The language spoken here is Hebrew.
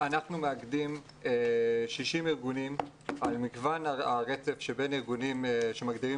אנחנו מאגדים 60 ארגונים על מגוון הרצף שבין ארגונים שמגדירים